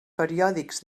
periòdics